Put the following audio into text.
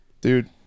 Dude